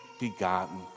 begotten